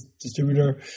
distributor